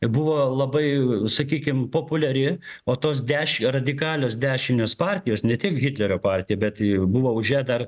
buvo labai sakykim populiari o tos deš radikalios dešinės partijos ne tik hitlerio partija bet juk buvo už ją dar